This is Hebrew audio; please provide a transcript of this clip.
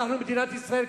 אנחנו מדינת ישראל,